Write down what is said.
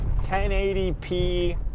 1080p